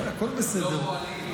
הכול בסדר.